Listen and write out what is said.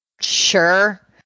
Sure